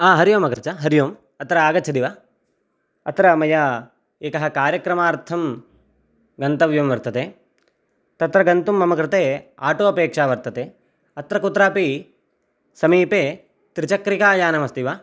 आ हरिः ओम् अग्रज हरिः ओम् अत्र आगच्छति वा अत्र मया एकः कार्यक्रमार्थं गन्तव्यं वर्तते तत्र गन्तुं मम कृते आटो अपेक्षा वर्तते अत्र कुत्रापि समीपे त्रिचक्रिकायानमस्ति वा